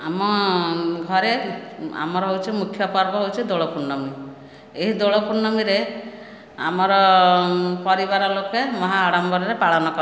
ଆମ ଘରେ ଆମର ହେଉଛି ମୁଖ୍ୟ ପର୍ବ ହେଉଛି ଦୋଳ ପୂର୍ଣ୍ଣମୀ ଏହି ଦୋଳ ପୂର୍ଣ୍ଣମୀରେ ଆମର ପରିବାର ଲୋକେ ମହା ଆଡ଼ମ୍ବରରେ ପାଳନ କରନ୍ତି